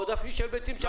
זה עודפים של ביצים.